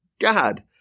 God